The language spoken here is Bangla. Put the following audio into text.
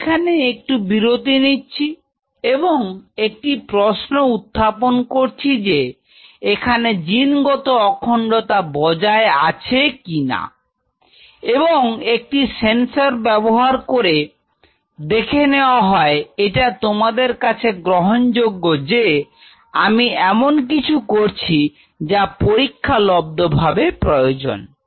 আমি এখানে একটু বিরতি নিচ্ছি এবং একটি প্রশ্ন উত্থাপন করছি যে এখানে জিনগত অখণ্ডতা বজায় আছে কিনা এবং একটি সেন্সর ব্যবহার করে দেখে নেওয়া হয় এটা তোমাদের কাছে গ্রহণযোগ্য যে আমরা এমন কিছু করছি যা পরীক্ষালব্ধ ভাবে প্রয়োজন